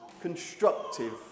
constructive